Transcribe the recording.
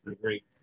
Great